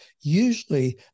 Usually